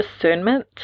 discernment